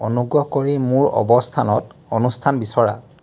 অনুগ্ৰহ কৰি মোৰ অৱস্থানত অনুষ্ঠান বিচৰা